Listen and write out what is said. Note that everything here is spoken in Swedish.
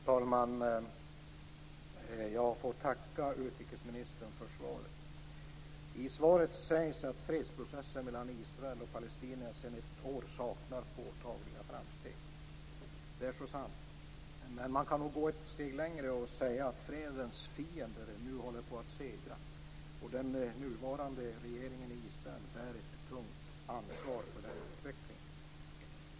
Herr talman! Jag tackar utrikesministern för svaret. I svaret sägs att fredsprocessen mellan Israel och palestinierna sedan ett år saknar påtagliga framsteg. Det är så sant. Man kan nog gå ett steg längre och säga att fredens fiender nu håller på att segra. Den nuvarande regeringen i Israel bär ett tungt ansvar för den utvecklingen.